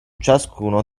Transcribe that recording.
ciascuno